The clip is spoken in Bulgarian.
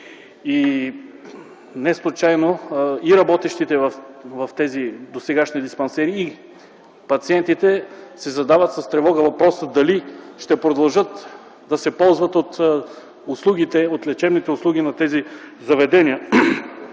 Неслучайно и работещите в тези досегашни диспансери, и пациентите си задават с тревога въпроса: дали ще продължат да се ползват от лечебните услуги на тези заведения,